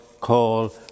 call